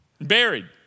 Buried